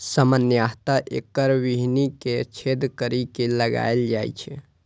सामान्यतः एकर बीहनि कें छेद करि के लगाएल जाइ छै